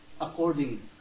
according